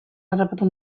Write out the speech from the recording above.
harrapatu